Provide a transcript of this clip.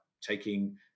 taking